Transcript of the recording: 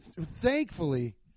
thankfully